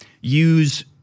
use